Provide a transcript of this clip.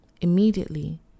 Immediately